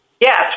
Yes